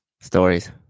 stories